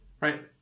right